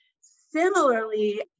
Similarly